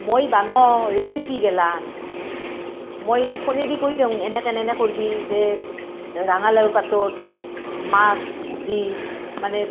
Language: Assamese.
মই বান' ৰেচিপি গেলান মই ফোনেদি কৈ দিওঁ এনেকৈ এনে কৰবি যে ৰাঙালাওৰ পাতত মাছ দি মানে